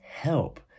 help